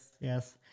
yes